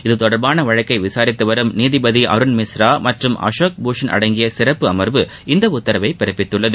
இத்தொடர்பாள வழக்கை விசாரித்து வரும் நீதிபதி அருண் மிஸ்ரா மற்றும் அசோக் பூஷன் அடங்கிய சிறப்பு அமர்வு இந்த உத்தரவை பிறப்பித்துள்ளது